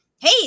hey